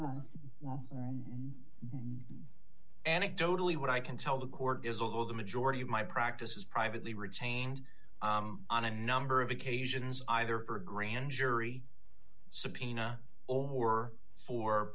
anecdotally what i can tell the court is although the majority of my practice is privately retained on a number of occasions either for a grand jury subpoena or fo